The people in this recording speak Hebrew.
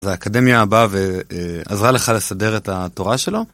אז האקדמיה באה ועזרה לך לסדר את התורה שלו?